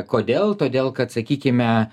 kodėl todėl kad sakykime